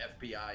FBI